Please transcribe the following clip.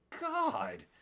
God